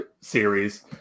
series